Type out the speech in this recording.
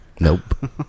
Nope